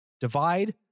Divide